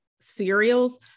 cereals